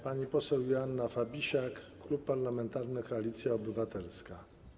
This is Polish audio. Pani poseł Joanna Fabisiak, Klub Parlamentarny Koalicja Obywatelska.